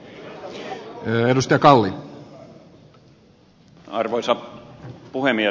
arvoisa puhemies